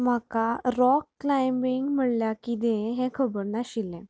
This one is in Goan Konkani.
म्हाका रोक क्लायंबींग म्हळ्यार म्हळ्यार कितें हें खबर नाशिल्लें